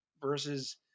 Versus